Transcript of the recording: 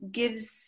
gives